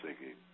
singing